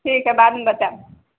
ठीक हय बादमे बतायब